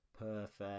perfect